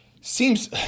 Seems